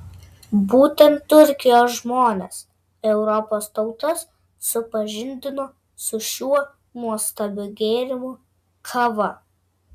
būtent turkijos žmonės europos tautas supažindino su šiuo nuostabiu gėrimu kava